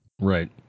Right